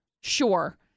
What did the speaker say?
Sure